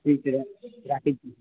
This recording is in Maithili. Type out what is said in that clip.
ठीक छै राखैत छी